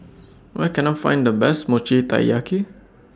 Where Can I Find The Best Mochi Taiyaki